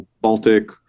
Baltic